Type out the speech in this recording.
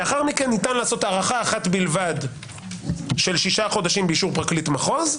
לאחר מכן ניתן לעשות הארכה אחת בלבד של שישה חודשים באישור פרקליט מחוז,